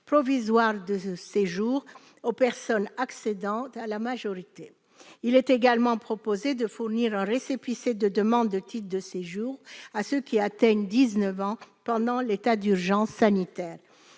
provisoire de séjour aux personnes accédant à la majorité. Il est également proposé de fournir un récépissé de demande de titre de séjour à ceux qui atteignent l'âge de 19 ans pendant l'état d'urgence sanitaire.